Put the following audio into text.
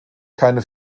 keine